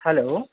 hello